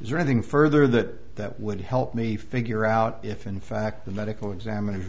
is there anything further that that would help me figure out if in fact the medical examiner